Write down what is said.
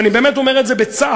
ואני באמת אומר את זה בצער,